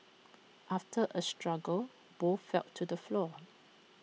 after A struggle both fell to the floor